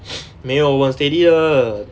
没有我很 steady 的